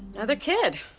another kid.